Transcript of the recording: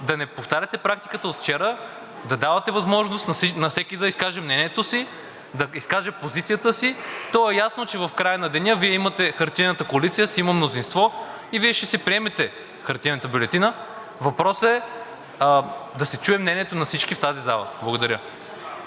да не повтаряте практиката от вчера, да давате възможност на всеки да изкаже мнението си, да изкаже позицията си, то е ясно, че в края на деня хартиената коалиция си има мнозинство и Вие ще си приемете хартиената бюлетина, а въпросът е да се чуе мнението на всички в тази зала. Благодаря.